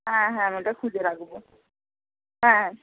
হ্যাঁ হ্যাঁ আমি ওটা খুঁজে রাখবো হ্যাঁ